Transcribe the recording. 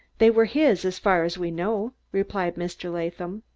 they were his, as far as we know, replied mr. latham.